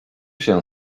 się